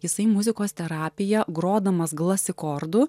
jisai muzikos terapija grodamas glasikordu